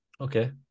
Okay